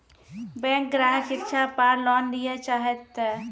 Bank ग्राहक शिक्षा पार लोन लियेल चाहे ते?